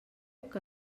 que